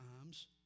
times